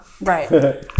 Right